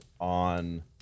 on